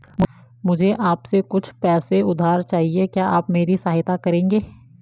मुझे आपसे कुछ पैसे उधार चहिए, क्या आप मेरी सहायता करेंगे?